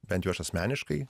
bent jau aš asmeniškai